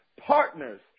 partners